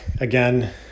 again